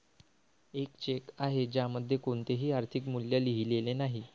एक चेक आहे ज्यामध्ये कोणतेही आर्थिक मूल्य लिहिलेले नाही